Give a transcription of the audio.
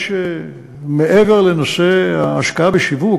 מעבר לנושא ההשקעה בשיווק,